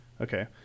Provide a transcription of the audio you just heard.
Okay